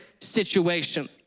situation